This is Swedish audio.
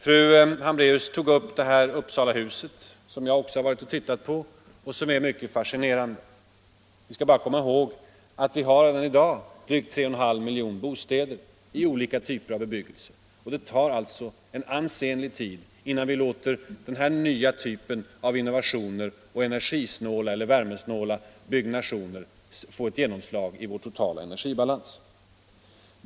Fru Hambraeus talade om Uppsalahuset, som jag också har tittat på och som är mycket fascinerande. Vi skall bara komma ihåg att vi i dag har drygt 3,5 miljoner bostäder i olika typer av bebyggelse. Det tar alltså en ansenlig tid innan vi kan låta dessa nya typer av innovationer och energieller värmesnåla byggnationer få ett genomslag i vår totala energibalans.